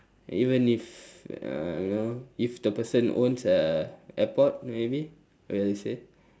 even if uh you know if the person owns a airport maybe like you say